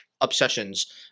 obsessions